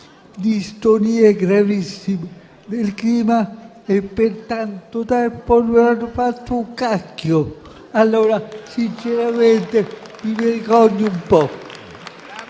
distonie gravissime del clima e per tanto tempo non hanno fatto un cacchio. Allora, sinceramente mi vergogno un po'.